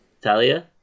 Talia